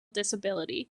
disability